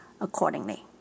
accordingly